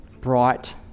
bright